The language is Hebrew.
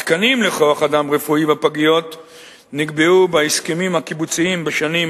התקנים לכוח-אדם רפואי בפגיות נקבעו בהסכמים הקיבוציים בשנים